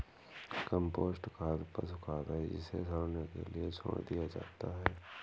compost खाद पशु खाद है जिसे सड़ने के लिए छोड़ दिया जाता है